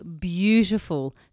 beautiful